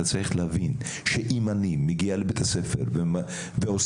אתה צריך להבין שאם אני מגיע לבית הספר ועושה